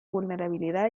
vulnerabilidad